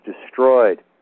destroyed